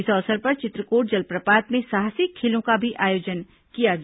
इस अवसर पर चित्रकोट जलप्रपात में साहसिक खेलों का भी आयोजन किया गया